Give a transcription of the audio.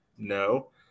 No